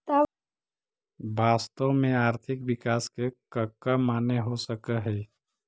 वास्तव में आर्थिक विकास के कका माने हो सकऽ हइ?